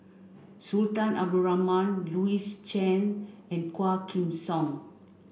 Sultan Abdul Rahman Louis Chen and Quah Kim Song